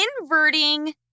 Inverting